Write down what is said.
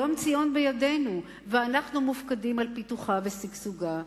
היום ציון בידינו ואנחנו מופקדים על פיתוחה ושגשוגה.